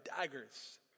daggers